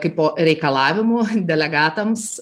kaipo reikalavimu delegatams